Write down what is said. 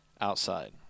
outside